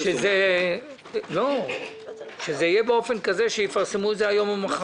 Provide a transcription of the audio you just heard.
שזה יהיה באופן כזה שיפרסמו את זה היום או מחר.